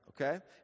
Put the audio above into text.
okay